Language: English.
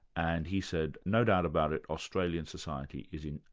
and he said, no doubt about it, australian society is you know